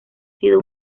sido